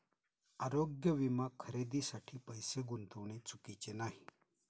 आरोग्य विमा खरेदीसाठी पैसे गुंतविणे चुकीचे नाही